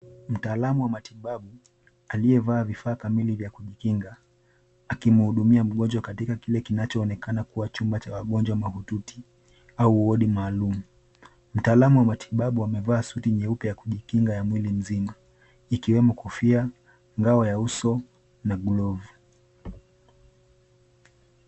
Mtaalamu wa matibabu aliyevaa vifaa kamili vya kujikinga akimhudumia mgonjwa katika kile kinachoonekana kuwa chumba cha wagonjwa mahututi au wodi maalum. Mtaalamu wa matibabu amevaa suti nyeupe ya kujikinga ya mwili mzima ikiwemo kofia, ngao ya uso na glovu.